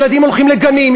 ילדים הולכים לגנים,